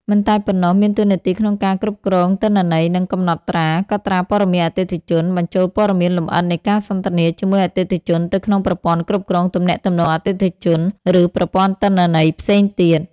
មិនតែប៉ុណ្ណោះ មានតួនាទីក្នុងការគ្រប់គ្រងទិន្នន័យ និងកំណត់ត្រា កត់ត្រាព័ត៌មានអតិថិជន បញ្ចូលព័ត៌មានលម្អិតនៃការសន្ទនាជាមួយអតិថិជនទៅក្នុងប្រព័ន្ធគ្រប់គ្រងទំនាក់ទំនងអតិថិជន ឬប្រព័ន្ធទិន្នន័យផ្សេងទៀត។